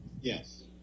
Yes